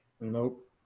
Nope